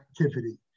activity